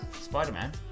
Spider-Man